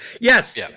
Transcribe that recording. yes